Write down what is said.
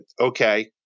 Okay